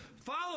Follow